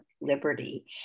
Liberty